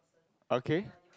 okay